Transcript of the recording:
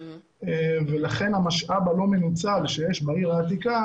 ולכן המשאב הלא מנוצל שיש בעיר העתיקה